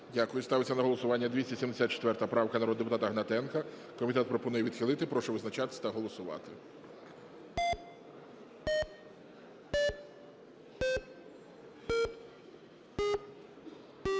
Дякую. Ставиться на голосування 274 правка народного депутата Гнатенка. Комітет пропонує відхилити. Прошу визначатися та голосувати.